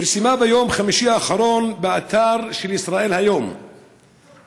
פרסם ביום חמישי האחרון באתר של ישראל היום הודעה